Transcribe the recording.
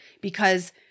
because-